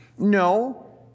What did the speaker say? No